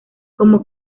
como